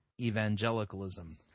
evangelicalism